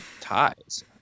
Ties